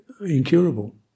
incurable